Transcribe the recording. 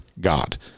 God